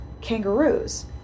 kangaroos